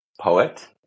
poet